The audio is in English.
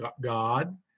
God